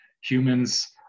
humans